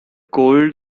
cold